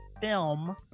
film